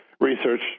research